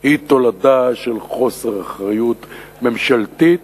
היא תולדה של חוסר אחריות ממשלתית.